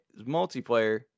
multiplayer